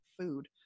food